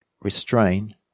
restrain